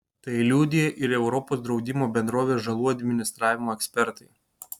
tai liudija ir europos draudimo bendrovės žalų administravimo ekspertai